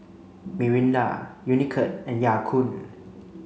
Mirinda Unicurd and Ya Kun